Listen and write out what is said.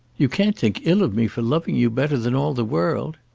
you can't think ill of me for loving you better than all the world.